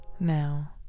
now